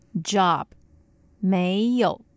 job,没有